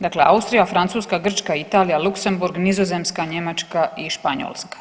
Dakle, Austrija, Francuska, Grčka, Italija, Luksemburg, Nizozemska, Njemačka i Španjolska.